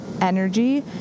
energy